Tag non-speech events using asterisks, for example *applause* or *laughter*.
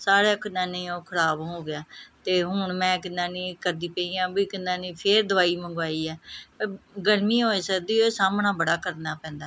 ਸਾਰਾ ਕਿਨਾ ਨੀ ਉਹ ਖ਼ਰਾਬ ਹੋ ਗਿਆ ਅਤੇ ਹੁਣ ਮੈਂ ਕਿਨਾ ਨੀ ਕਰਦੀ ਪਈ ਹਾਂ ਵੀ ਕਿਨਾ ਨੀ ਫਿਰ ਦਵਾਈ ਮੰਗਵਾਈ ਹੈ *unintelligible* ਗਰਮੀ ਹੋਵੇ ਸਰਦੀ ਹੋਵੇ ਸਾਹਮਣਾ ਬੜਾ ਕਰਨਾ ਪੈਂਦਾ